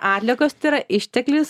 atliekos tėra išteklis